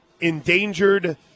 Endangered